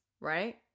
right